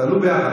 תעלו ביחד.